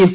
F